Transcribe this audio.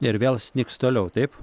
ir vėl snigs toliau taip